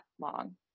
long